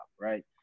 right